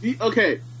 okay